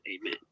Amen